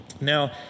Now